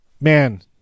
man